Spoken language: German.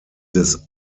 des